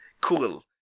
Cool